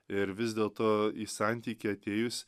ir vis dėlto į santykį atėjus